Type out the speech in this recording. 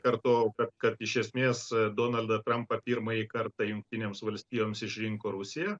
kartojau kad kad iš esmės donaldą trampą pirmąjį kartą jungtinėms valstijoms išrinko rusija